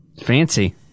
fancy